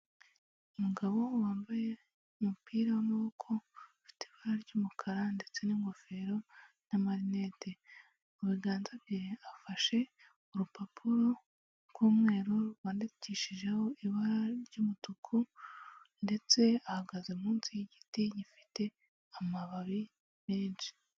Umugabo wambaye umupira w'amaboko ufite ibara ry'umukara ndetse n'ingofero n'amarinete. Mu biganza bye afashe urupapuro rw'umweru rwandikishijeho ibara ry'umutuku ndetse ahagaze munsi y'igiti gifite amababi menshi.